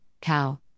cow